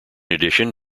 addition